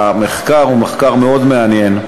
המחקר הוא מאוד מעניין,